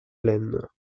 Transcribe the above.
laine